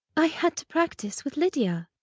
i had to practise with lydia.